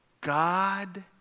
God